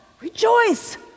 Rejoice